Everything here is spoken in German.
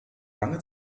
lange